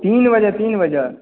तीन बजे तीन बजे